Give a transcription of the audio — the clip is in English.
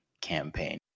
campaign